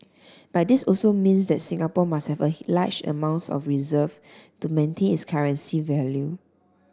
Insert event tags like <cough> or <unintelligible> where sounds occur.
but this also means that Singapore must have a <unintelligible> large amounts of reserve to maintain its currency value